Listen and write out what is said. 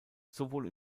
sowohl